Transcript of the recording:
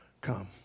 come